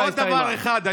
עוד דבר אחד.